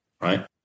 right